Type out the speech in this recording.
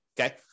okay